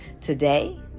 Today